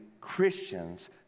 Christians